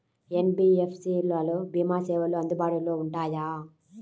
NBFC లలో భీమా సేవలు అందుబాటులో ఉంటాయా?